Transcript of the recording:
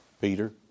Peter